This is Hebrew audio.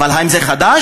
אבל האם זה חדש?